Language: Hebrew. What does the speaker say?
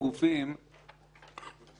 אותם גופים הם לא גופים למטרות רווח.